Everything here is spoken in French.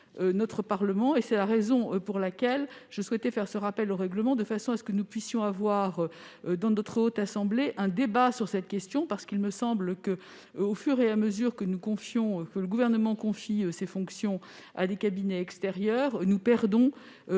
notre Parlement. C'est la raison pour laquelle je souhaitais faire ce rappel au règlement de façon que nous puissions avoir au sein de notre Haute Assemblée un débat sur cette question. En effet, il me semble que, au fur et à mesure que le Gouvernement confie ces fonctions à des cabinets extérieurs, nous perdons